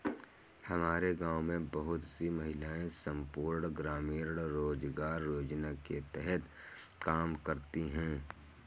हमारे गांव में बहुत सी महिलाएं संपूर्ण ग्रामीण रोजगार योजना के तहत काम करती हैं